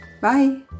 Bye